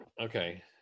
Okay